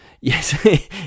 yes